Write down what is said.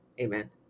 Amen